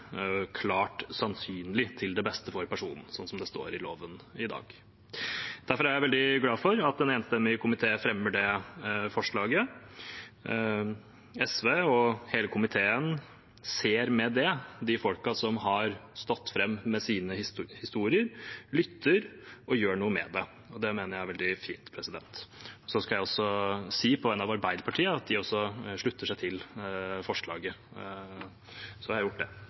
klart sannsynlig til beste for personen – slik det står i loven i dag. Derfor er jeg veldig glad for at en enstemmig komité fremmer det forslaget. SV og hele komiteen ser med det de folkene som har stått fram med sine historier, lytter og gjør noe med det. Det mener jeg er veldig fint. Så skal jeg på vegne av Arbeiderpartiet si at de også slutter seg til forslaget – så har jeg gjort det.